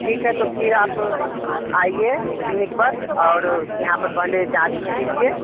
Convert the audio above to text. ठीक है तो फिर आप आइए क्लीनिक पर और यहाँ पर पहले जाँच में दीजिए